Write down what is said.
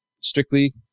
strictly